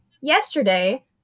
yesterday